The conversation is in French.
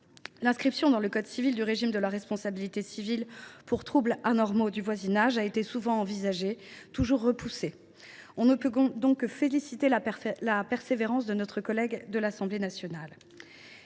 L’inscription dans le code civil du régime de la responsabilité civile pour troubles anormaux de voisinage a été souvent envisagée, mais toujours repoussée. On ne peut donc que féliciter notre collègue de l’Assemblée nationale